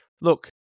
look